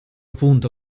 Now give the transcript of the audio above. punto